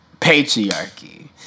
patriarchy